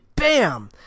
Bam